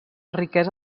riquesa